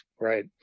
Right